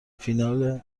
فینال